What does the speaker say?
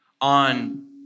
on